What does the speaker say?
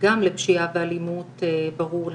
גם לפשיעה ואלימות ברור לחלוטין.